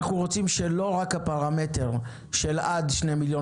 אנו רוצים שלא רק הפרמטר של עד 2 מיליון